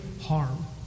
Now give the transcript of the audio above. harm